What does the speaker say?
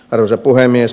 arvoisa puhemies